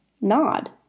nod